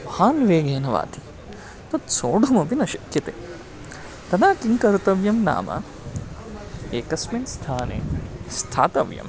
महान् वेगेन वाति तत् सोढुमपि न शक्यते तदा किं कर्तव्यं नाम एकस्मिन् स्थाने स्थातव्यम्